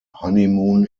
honeymoon